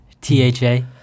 T-H-A